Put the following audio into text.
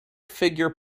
figure